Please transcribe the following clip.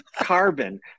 carbon